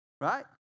right